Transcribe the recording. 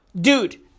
dude